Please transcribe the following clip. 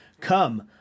come